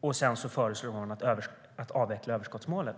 och sedan föreslår hon att man ska avveckla överskottsmålet.